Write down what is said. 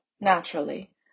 naturally